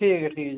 ठीक ऐ ठीक ऐ